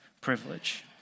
privilege